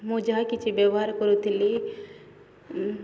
ମୁଁ ଯାହା କିଛି ବ୍ୟବହାର କରୁଥିଲି